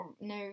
no